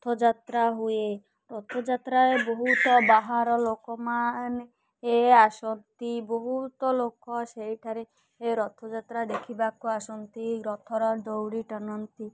ରଥଯାତ୍ରା ହୁଏ ରଥଯାତ୍ରାାରେ ବହୁତ ବାହାର ଲୋକମାନେ ଏ ଆସନ୍ତି ବହୁତ ଲୋକ ସେଇଠାରେ ରଥଯାତ୍ରା ଦେଖିବାକୁ ଆସନ୍ତି ରଥର ଦଉଡ଼ି ଟାଣନ୍ତି